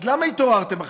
אז למה התעוררתם עכשיו?